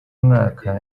mwaka